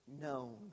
known